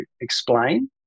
explain